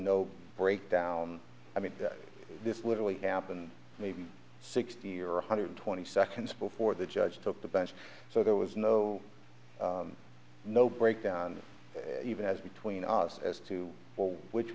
no breakdown i mean this literally happened maybe sixty or one hundred twenty seconds before the judge took the bench so there was no no breakdown even as between as to which